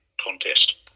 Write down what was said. contest